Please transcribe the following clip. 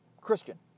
Christian